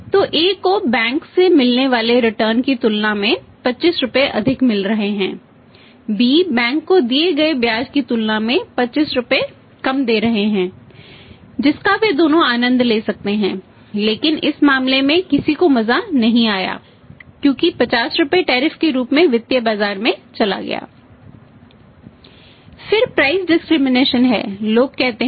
तो A को bank से मिलने वाले रिटर्न पर बेच सकते हैं